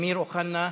אמיר אוחנה,